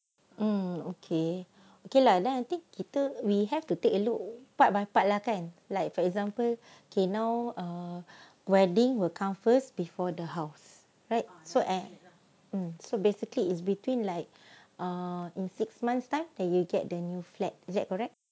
mm okay okay lah then I think kita we have to take a look part by part lah kan like for example K now a wedding will come first before the house right so and um so basically is between like err in six months time can you get the new flat is that correct